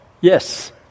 yes